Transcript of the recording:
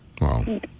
Wow